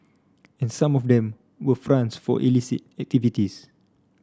and some of them were fronts for illicit activities